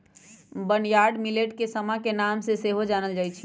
barnyard millet के समा के नाम से सेहो जानल जाइ छै